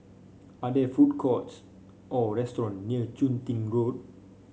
are there food courts or restaurant near Chun Tin Road